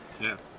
Yes